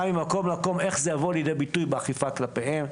איך זה יבוא לידי ביטוי באכיפה כלפיהם,